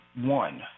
one